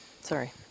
Sorry